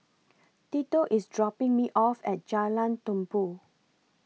Tito IS dropping Me off At Jalan Tumpu